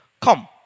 come